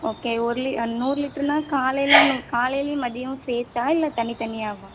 okay ஒரு லி நூறு லிட்டருன்னா காலையிலன்னு காலையிலயும் மதியமும் சேர்த்தா இல்லை தனித் தனியாகவா